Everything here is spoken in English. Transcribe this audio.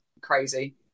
crazy